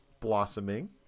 blossoming